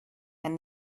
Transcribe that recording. and